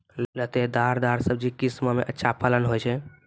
लतेदार दार सब्जी किस माह मे अच्छा फलन होय छै?